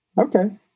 Okay